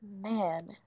man